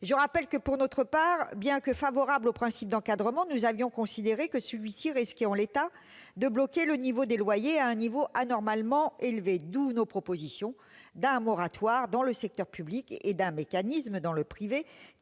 et aux collectivités volontaires. Bien que favorables au principe d'encadrement, nous avions considéré que celui-ci risquait, en l'état, de bloquer les loyers à un niveau anormalement élevé. D'où nos propositions d'un moratoire dans le secteur public et d'un mécanisme dans le privé